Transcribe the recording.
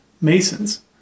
Masons